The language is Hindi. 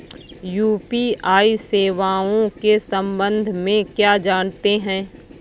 यू.पी.आई सेवाओं के संबंध में क्या जानते हैं?